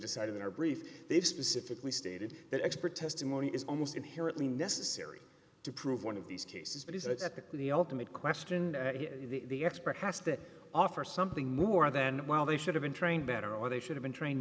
decide in our brief they've specifically stated that expert testimony is almost inherently necessary to prove one of these cases but it's up to the ultimate question the expert has to offer something more than well they should have been trained better or they should've been trained